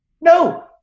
No